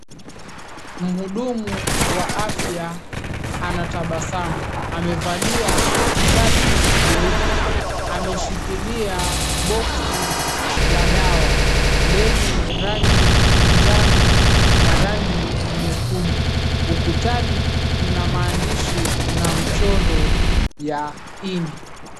Mhudumu wa afya anatabasamu, amevalia shati jeupe. Ameshikilia boksi la dawa lenye rangi njano na rangi nyekundu. Ukutani mna maandishi na mchoro ya ini.